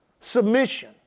submission